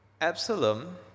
Absalom